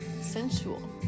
sensual